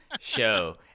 show